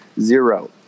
Zero